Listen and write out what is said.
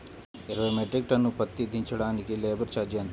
ఇరవై metric tonne పత్తి దించటానికి లేబర్ ఛార్జీ ఎంత?